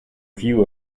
view